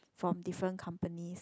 from different companies